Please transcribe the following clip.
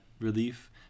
relief